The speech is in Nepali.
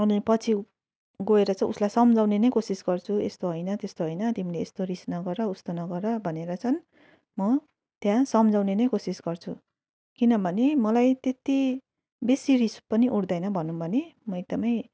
अनि पछि गएर चाहिँ उसलाई सम्झाउने नै कोसिस गर्छु यस्तो होइन त्यस्तो होइन तिमीले यस्तो रिस नगर उस्तो नगर भनेर चाहिँ म त्यहाँ सम्झाउने नै कोसिस गर्छु किनभने मलाई त्यति बेसी रिस पनि उठ्दैन भनौँ भने म एकदमै